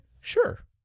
Sure